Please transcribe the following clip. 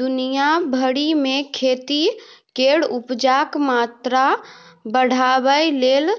दुनिया भरि मे खेती केर उपजाक मात्रा बढ़ाबय लेल